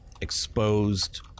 exposed